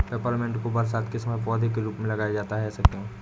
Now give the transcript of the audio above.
Peppermint को बरसात के समय पौधे के रूप में लगाया जाता है ऐसा क्यो?